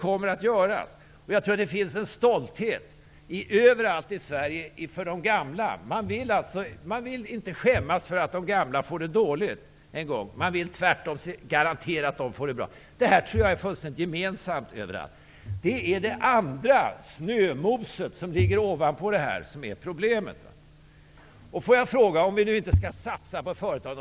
Jag tror att det överallt i Sverige finns en stolthet inför de gamla. Man vill inte skämmas för att de gamla en gång får det dåligt. Man vill tvärtom garantera att de får det bra. Jag tror att det är en uppfattning som vi har gemensamt. Problemet är snömoset, som ligger ovanpå det här. Vad skall vi satsa på om vi nu inte skall satsa på företagen?